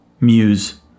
muse